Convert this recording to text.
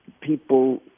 people